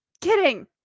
Kidding